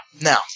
Now